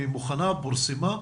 היא מוכנה ופורסמה?